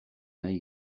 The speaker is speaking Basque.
nahi